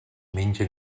menja